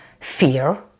fear